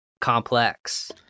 complex